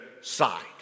side